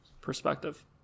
perspective